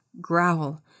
growl